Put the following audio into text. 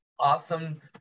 Awesome